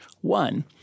One